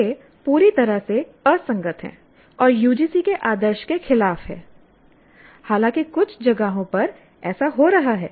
वे पूरी तरह से असंगत हैं और UGC के आदर्श के खिलाफ हैं हालांकि कुछ जगहों पर ऐसा हो रहा है